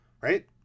right